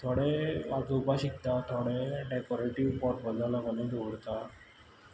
थोडे वाजोवपा शिकता थोडे डेकोरेटिव्ह दवरता